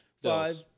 Five